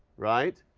right?